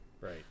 Right